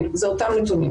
כן, זה אותם נתונים.